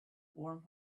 warm